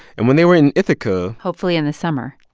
and when they were in ithaca. hopefully in the summer.